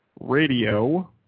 Radio